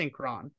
Synchron